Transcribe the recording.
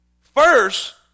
First